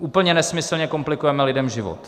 Úplně nesmyslně komplikujeme lidem život.